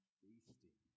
feasting